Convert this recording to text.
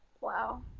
wow